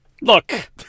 Look